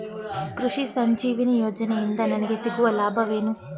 ಕೃಷಿ ಸಂಜೀವಿನಿ ಯೋಜನೆಯಿಂದ ನನಗೆ ಸಿಗುವ ಲಾಭವೇನು?